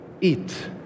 Eat